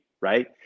right